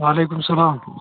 وعلیکُم السلام